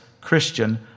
Christian